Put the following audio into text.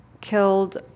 killed